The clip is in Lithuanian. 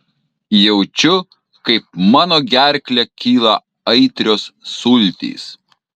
jaučiu kaip mano gerkle kyla aitrios sultys